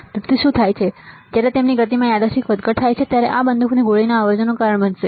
તેથી શું થાય છે કે જ્યારે તેમની ગતિમાં યાદચ્છિક વધઘટ થાય છે ત્યારે આ બંદૂકની ગોળીનો અવાજનું કારણ બનશે